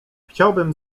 chciałbym